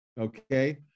Okay